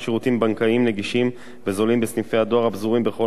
בנקאיים נגישים וזולים בסניפי הדואר הפזורים בכל רחבי